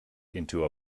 into